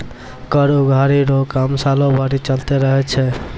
कर उगाही रो काम सालो भरी चलते रहै छै